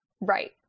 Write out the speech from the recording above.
Right